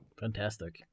Fantastic